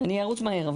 ארוץ מהר.